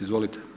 Izvolite.